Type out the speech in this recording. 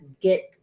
get